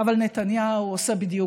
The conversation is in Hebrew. נחמד.